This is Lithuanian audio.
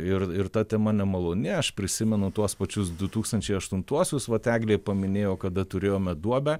ir ir ta tema nemaloni aš prisimenu tuos pačius du tūkstančiai aštuntuosius vat eglė paminėjo kada turėjome duobę